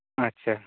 ᱥᱮ